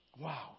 Wow